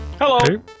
hello